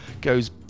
goes